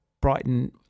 Brighton